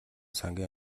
сангийн